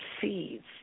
seeds